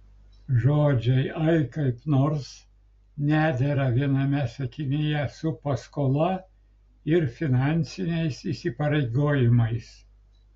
žodžiai ai kaip nors nedera viename sakinyje su paskola ir finansiniais įsipareigojimais